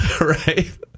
right